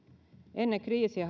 ennen kriisiä